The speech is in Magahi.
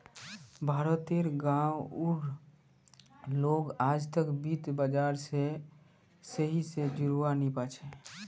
भारत तेर गांव उर लोग आजतक वित्त बाजार से सही से जुड़ा वा नहीं पा छे